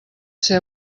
ser